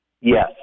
Yes